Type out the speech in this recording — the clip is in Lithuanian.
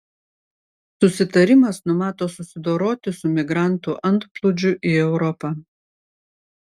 susitarimas numato susidoroti su migrantų antplūdžiu į europą